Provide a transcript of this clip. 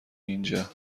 اینجا